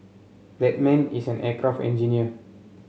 that man is an aircraft engineer